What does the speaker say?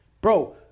Bro